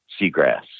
seagrass